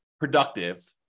productive